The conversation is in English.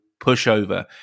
pushover